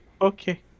Okay